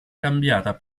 cambiata